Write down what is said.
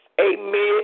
Amen